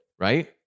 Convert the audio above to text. right